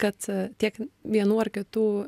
kad tiek vienų ar kitų